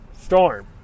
storm